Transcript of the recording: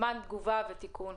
זמן תגובה ותיקון.